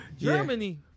Germany